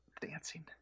dancing